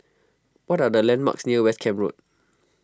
what are the landmarks near West Camp Road